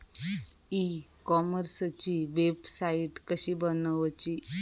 E कॉमर्सची website कशी बनवची?